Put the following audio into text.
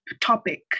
topic